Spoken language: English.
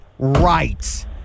right